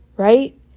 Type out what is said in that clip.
Right